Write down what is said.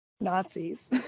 Nazis